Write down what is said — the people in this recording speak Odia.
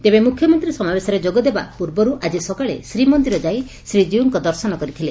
ତେବେ ମୁଖ୍ୟମନ୍ତୀ ସମାବେଶରେ ଯୋଗଦେବା ପୂର୍ବରୁ ଆଜି ସକାଳେ ଶ୍ରୀମନ୍ଦିର ଯାଇ ଶ୍ରୀକୀଉଙ୍କ ଦର୍ଶନ କରିଥିଲେ